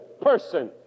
person